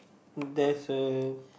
there's a